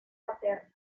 paterna